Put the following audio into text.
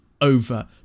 over